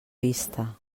vista